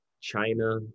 China